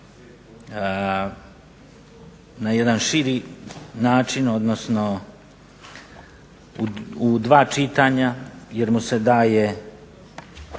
na jedan širi način, odnosno u dva čitanja jer mu se daje